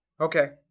Okay